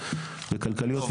כלכליות,